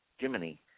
Jiminy